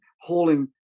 hauling